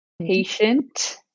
patient